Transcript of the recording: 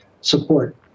Support